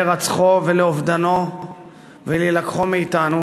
להירצחו, לאובדנו ולהילקחו מאתנו,